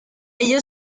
ello